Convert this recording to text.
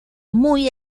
muy